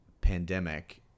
pandemic